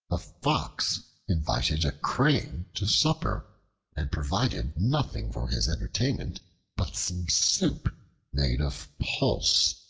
a fox invited a crane to supper and provided nothing for his entertainment but some soup made of pulse,